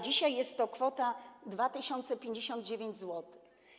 Dzisiaj jest to kwota 2059 zł.